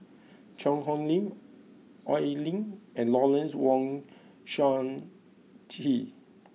Cheang Hong Lim Oi Lin and Lawrence Wong Shyun Tsai